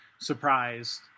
surprised